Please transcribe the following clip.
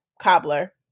cobbler